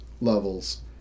levels